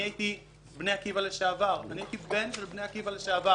אני הייתי בן של בני עקיבא לשעבר,